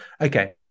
okay